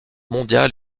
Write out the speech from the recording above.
mondiale